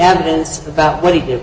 evidence about what he did